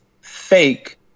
fake